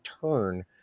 turn